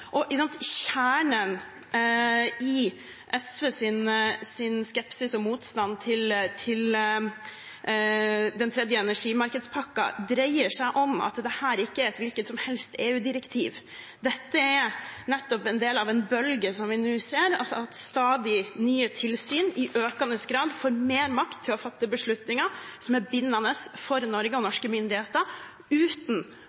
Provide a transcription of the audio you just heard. Kjernen i SVs skepsis til og motstand mot den tredje energimarkedspakken dreier seg om at dette ikke er et hvilket som helst EU-direktiv; dette er nettopp en del av en bølge som vi nå ser – at stadig nye tilsyn i økende grad får mer makt til å fatte beslutninger som er bindende for Norge og